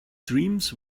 dreams